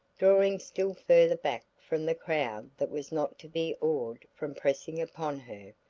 drawing still further back from the crowd that was not to be awed from pressing upon her,